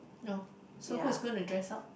no so who is going to dress up